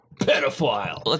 Pedophile